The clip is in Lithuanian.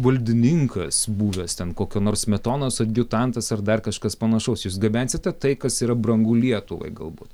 valdininkas buvęs ten kokio nors smetonos adjutantas ar dar kažkas panašaus jūs gabensite tai kas yra brangu lietuvai galbūt